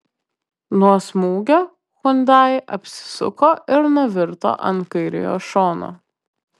nuo smūgio hyundai apsisuko ir nuvirto ant kairiojo šono